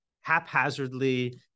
haphazardly